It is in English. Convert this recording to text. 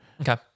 Okay